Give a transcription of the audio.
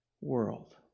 world